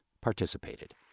participated